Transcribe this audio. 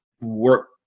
work